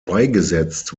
beigesetzt